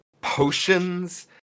potions